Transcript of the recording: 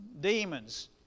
demons